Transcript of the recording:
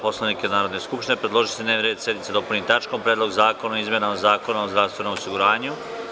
Poslovnika Narodne skupštine, predložio je da se dnevni red sednice dopuni tačkom – Predlog zakona o izmeni Zakona o zdravstvenom osiguranju.